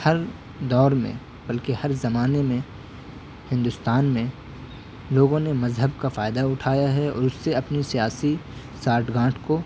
ہر دور میں بلکہ ہر زمانے میں ہندوستان میں لوگوں نے مذہب کا فائدہ اٹھایا ہے اور اس سے اپنی سیاسی سانٹھ گانٹھ کو